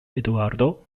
eduardo